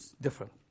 different